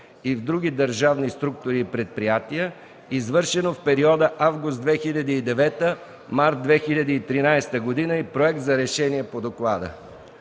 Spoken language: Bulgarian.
и в други държавни структури и предприятия, извършено в периода август 2009 – март 2013 г. и проект за решение по доклада.